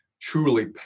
truly